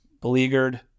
beleaguered